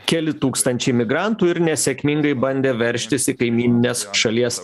keli tūkstančiai migrantų ir nesėkmingai bandė veržtis į kaimyninės šalies